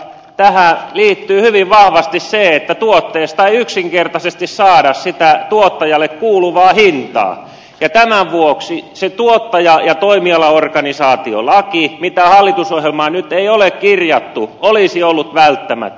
tähän liittyy hyvin vahvasti se että tuotteesta ei yksinkertaisesti saada sitä tuottajalle kuuluvaa hintaa ja tämän vuoksi se tuottaja ja toimialaorganisaatiolaki mitä hallitusohjelmaan nyt ei ole kirjattu olisi ollut välttämätön